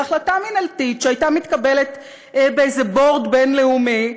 בהחלטה מינהלתית שהייתה מתקבלת ב-board הבין-לאומי,